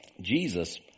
jesus